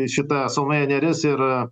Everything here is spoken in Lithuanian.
šita salomėja nėris ir